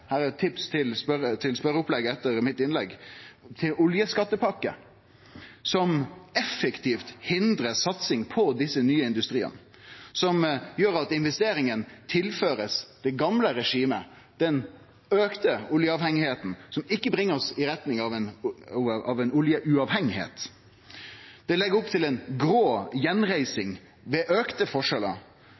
eit tips til spørreopplegget etter innlegget mitt – på oljeskattepakke, som effektivt hindrar satsing på desse nye industriane, som gjer at investeringane blir tilførte det gamle regimet, den auka oljeavhengigheita som ikkje bringar oss i retning av oljeuavhengigheit. Dei legg opp til ei grå gjenreising med auka forskjellar